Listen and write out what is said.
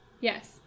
Yes